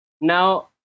Now